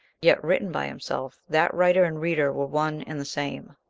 yet written by himself that writer and reader were one and the same.